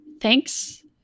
thanks